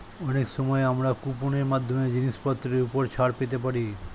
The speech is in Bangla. অনেক সময় আমরা কুপন এর মাধ্যমে জিনিসপত্রের উপর ছাড় পেতে পারি